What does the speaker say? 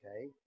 okay